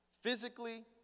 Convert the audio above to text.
Physically